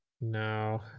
No